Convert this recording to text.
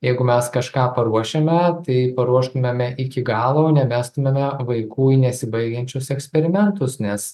jeigu mes kažką paruošiame tai paruoštumėme iki galo o nemestumėme vaikų į nesibaigiančius eksperimentus nes